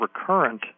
recurrent